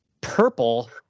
purple